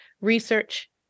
research